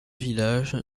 villages